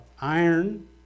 iron